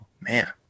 Man